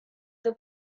the